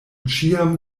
ĉiam